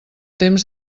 temps